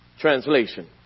translation